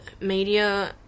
media